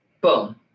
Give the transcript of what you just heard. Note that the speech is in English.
Boom